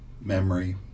memory